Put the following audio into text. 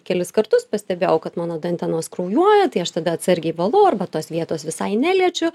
kelis kartus pastebėjau kad mano dantenos kraujuoja tai aš tada atsargiai valau arba tos vietos visai neliečiu